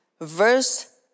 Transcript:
verse